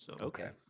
Okay